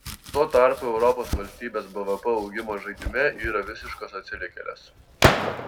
tuo tarpu europos valstybės bvp augimo žaidime yra visiškos atsilikėlės